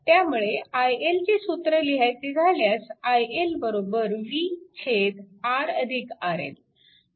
त्यामुळे iL चे सूत्र लिहायचे झाल्यास iL v RRL